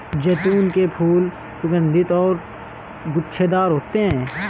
जैतून के फूल सुगन्धित और गुच्छेदार होते हैं